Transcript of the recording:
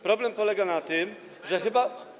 Problem polega na tym, że chyba.